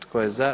Tko je za?